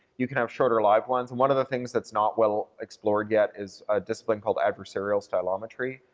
you can have shorter live ones. one of the things that's not well explored yet is a discipline called adversarial stylometry,